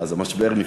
אז המשבר נפתר.